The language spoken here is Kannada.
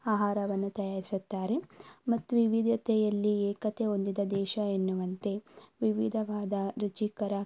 ಆಹಾರವನ್ನು ತಯಾರಿಸುತ್ತಾರೆ ಮತ್ತು ವಿವಿಧತೆಯಲ್ಲಿ ಏಕತೆ ಹೊಂದಿದ ದೇಶ ಎನ್ನುವಂತೆ ವಿವಿಧವಾದ ರುಚಿಕರ